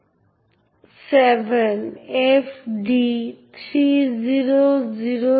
এখন এর সাথে সমস্যা হল যে যদি সিস্টেম অ্যাডমিনিস্ট্রেটর একজন বিশ্বস্ত হয় তাহলে এর মানে হল পুরো সিস্টেমের গোপন তথ্য ফাঁস হতে পারে